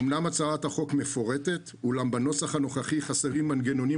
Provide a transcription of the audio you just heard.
אמנם הצעת החוק מפורטת אולם בנוסח הנוכחי חסרים מנגנונים